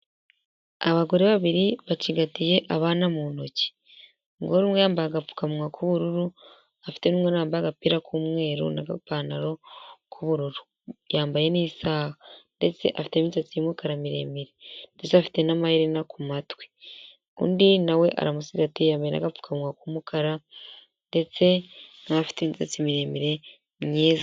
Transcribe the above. Abagore babiri bacigatiye abana mu ntoki, umugore umwe yamba aga apfukawa k'ubururu afite n'umwana wambaye agapira k'umweru n'agapantaro k'ubururu yambaye n'isaha ndetse afite n'imisatsi y'umukara miremire ndetse afite n'amaherena ku matwi undi nawe yambaye isarubeti, yambaye n'apfuka munwa k'umukara ndetse nawe afite imitsi miremire myiza.